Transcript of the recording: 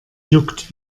juckt